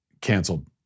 canceled